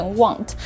want